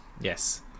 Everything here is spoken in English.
Yes